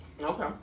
Okay